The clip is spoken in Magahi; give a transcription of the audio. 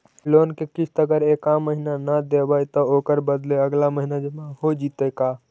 लोन के किस्त अगर एका महिना न देबै त ओकर बदले अगला महिना जमा हो जितै का?